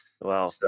Wow